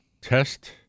test